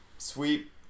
Sweep